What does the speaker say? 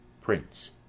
Prince